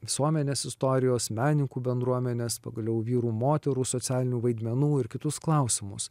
visuomenės istorijos menininkų bendruomenės pagaliau vyrų moterų socialinių vaidmenų ir kitus klausimus